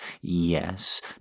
Yes